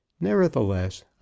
nevertheless